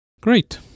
Great